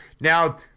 Now